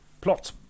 Plot